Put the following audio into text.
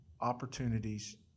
opportunities